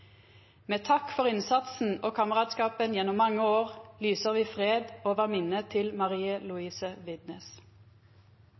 Med takk for innsatsen og kameratskapen gjennom mange år lyser me fred over minnet til Marie